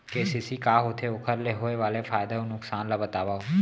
KCC का होथे, ओखर ले होय वाले फायदा अऊ नुकसान ला बतावव?